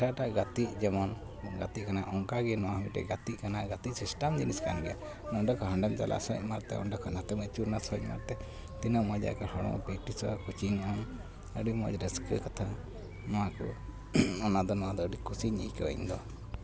ᱮᱴᱟᱜᱼᱮᱴᱟᱜ ᱜᱟᱛᱮᱜ ᱡᱮᱢᱚᱱ ᱜᱟᱛᱮ ᱠᱟᱱᱟ ᱚᱝᱠᱟᱜᱮ ᱱᱚᱣᱟᱦᱚᱸ ᱢᱤᱫᱴᱮᱡ ᱜᱟᱛᱮᱜ ᱠᱟᱱᱟ ᱜᱟᱛᱮᱜ ᱥᱤᱥᱴᱟᱢ ᱡᱤᱱᱤᱥᱠᱟᱱ ᱜᱮᱭᱟ ᱱᱚᱰᱮᱠᱷᱚᱡ ᱦᱟᱸᱰᱮᱢ ᱪᱟᱞᱟᱜᱼᱟ ᱥᱮ ᱚᱱᱟᱛᱮ ᱚᱸᱰᱮᱠᱷᱚᱡ ᱱᱟᱛᱮᱢ ᱟᱹᱪᱩᱨᱮᱱᱟ ᱥᱮ ᱚᱱᱟᱛᱮ ᱛᱤᱱᱟᱹᱜ ᱢᱚᱡᱽ ᱮᱠᱟᱞ ᱦᱚᱲᱢᱚ ᱯᱮᱠᱴᱤᱥᱚᱜᱼᱟ ᱠᱳᱪᱤᱝᱚᱜᱟᱢ ᱟᱹᱰᱤ ᱢᱤᱡᱽ ᱨᱟᱹᱥᱠᱟᱹ ᱠᱟᱛᱷᱟ ᱱᱚᱣᱟᱠᱚ ᱚᱱᱟᱫᱚ ᱱᱚᱣᱟᱫᱚ ᱟᱹᱰᱤ ᱠᱩᱥᱤᱧ ᱟᱹᱭᱠᱟᱹᱣᱟ ᱤᱧᱫᱚ